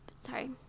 sorry